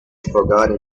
forgotten